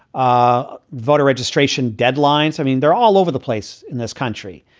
ah voter registration deadlines. i mean, they're all over the place in this country.